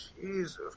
Jesus